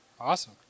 Awesome